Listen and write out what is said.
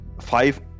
five